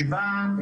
שבה,